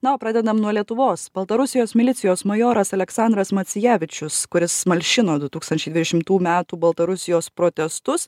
nao pradedam nuo lietuvos baltarusijos milicijos majoras aleksandras macijevičius kuris malšino du tūkstančiai dvidešimtų metų baltarusijos protestus